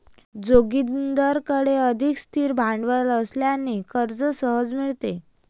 जोगिंदरकडे अधिक स्थिर भांडवल असल्याने कर्ज सहज मिळते